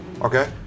Okay